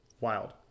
Wild